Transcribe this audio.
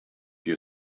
your